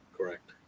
correct